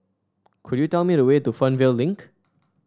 could you tell me the way to Fernvale Link